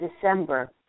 December